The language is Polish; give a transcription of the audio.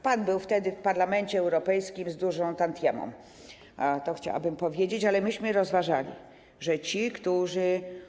Pan był wtedy w Parlamencie Europejskim z dużą tantiemą, to chciałabym powiedzieć, ale myśmy rozważali, że ci, którzy.